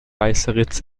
weißeritz